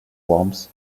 worms